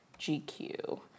GQ